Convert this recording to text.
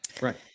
Right